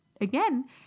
Again